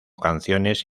canciones